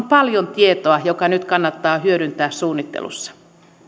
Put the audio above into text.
paljon tietoa joka nyt kannattaa hyödyntää suunnittelussa